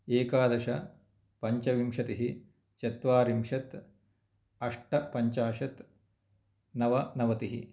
एकादश पञ्चविंशतिः चत्वारिंशत् अष्टपञ्चाशत् नवनवतिः